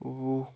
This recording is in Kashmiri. وُہ